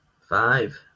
Five